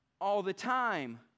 all-the-time